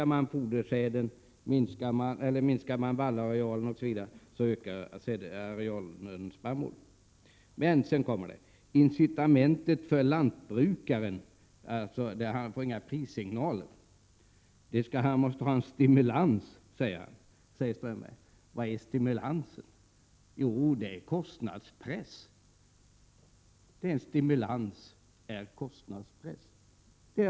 Om man minskar vallarealen, osv., så ökar spannmålsarealen. Sedan talar Håkan Strömberg om incitamentet för lantbrukaren, dvs. att han inte får några prissignaler. Håkan Strömberg säger att lantbrukaren måste ha stimulans. Vad är stimulansen? Jo, det är kostnadspressen.